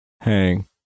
hang